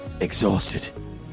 exhausted